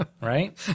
right